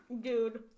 Dude